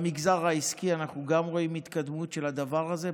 במגזר העסקי אנחנו גם רואים התקדמות של הדבר הזה,